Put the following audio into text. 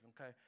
okay